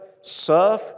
serve